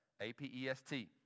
A-P-E-S-T